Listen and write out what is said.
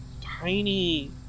tiny